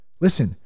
Listen